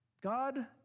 God